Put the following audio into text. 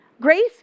Grace